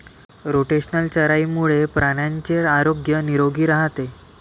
rotational चराईमुळे प्राण्यांचे आरोग्य निरोगी राहते